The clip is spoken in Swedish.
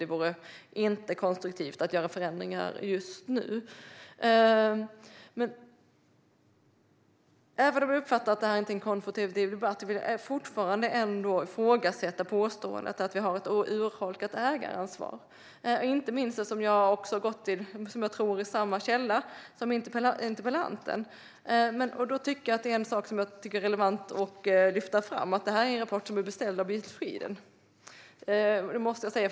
Det vore inte konstruktivt att göra förändringar just nu. Även om jag inte uppfattar den här debatten som konfrontativ vill jag fortfarande ifrågasätta påståendet att vi har ett urholkat ägaransvar, inte minst då jag gått till vad jag tror är samma källa som interpellanten. En sak som jag tycker är relevant att lyfta fram är att det här är en rapport som är beställd av Bil Sweden. Det måste jag säga.